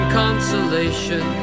consolation